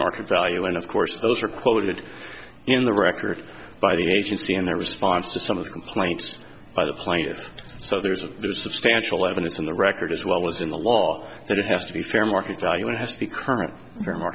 market value and of course those are quoted in the record by the agency in their response to some of the complaints by the plaintiffs so there's a very substantial evidence in the record as well as in the law that it has to be fair market value and has to be current remar